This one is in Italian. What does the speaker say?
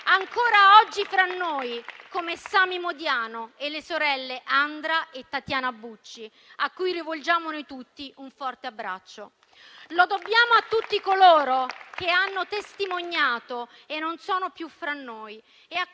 ancora oggi tra noi, come Sami Modiano e le sorelle Andra e Tatiana Bucci, a cui rivolgiamo, noi tutti, un forte abbraccio. Lo dobbiamo a tutti coloro che hanno testimoniato e non sono più fra noi e a